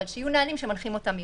אבל שיהיו נהלים שמנחים אותם מראש.